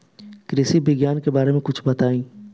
कृषि विज्ञान के बारे में कुछ बताई